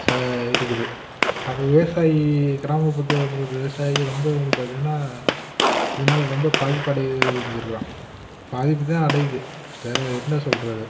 ச இருக்குது அப்போ விவசாயி கிராமபுறத்திலருக்குற விவசாயி ரொம்ப வந்து பார்த்திங்கனா இதனால் ரொம்ப பாதிப்படைஞ்சிருக்கிறான் பாதிப்பு தான் அடையுது வேற என்ன சொல்கிறது